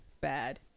Bad